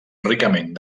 ricament